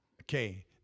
Okay